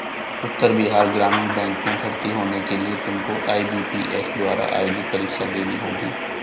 उत्तर Bihar Gramin bank में भर्ती होने के लिए तुमको आई.बी.पी.एस द्वारा आयोजित परीक्षा देनी होगी